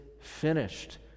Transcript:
finished